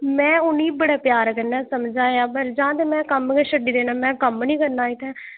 में उ'नें ई बड़े प्यार कन्नै समझाया पर जां ते में कम्म गै छड्डी देना में कम्म निं करना इत्थै